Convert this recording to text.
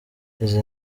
izi